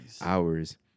hours